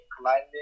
climbing